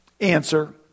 answer